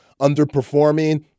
underperforming